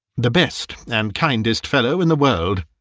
the best and kindest fellow in the world!